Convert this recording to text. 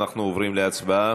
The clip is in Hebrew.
אנחנו עוברים להצבעה.